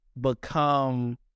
become